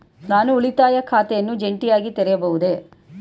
ನಾನು ಉಳಿತಾಯ ಖಾತೆಯನ್ನು ಜಂಟಿಯಾಗಿ ತೆರೆಯಬಹುದೇ?